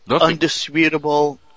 undisputable